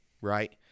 Right